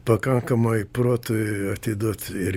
pakankamai protui atiduot ir